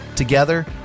Together